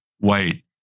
wait